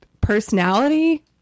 personality